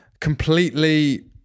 completely